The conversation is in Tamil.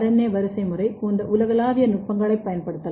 ஏ வரிசைமுறை போன்ற உலகளாவிய நுட்பங்களைப் பயன்படுத்தலாம்